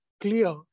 clear